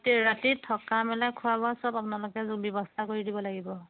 ৰাতি থকা মেলা খোৱা বোৱা সব আপোনালোকে যোগ ব্যৱস্থা কৰি দিব লাগিব